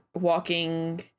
walking